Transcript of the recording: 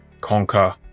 conquer